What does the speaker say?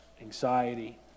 anxiety